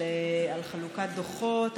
על חלוקת דוחות,